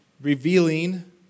revealing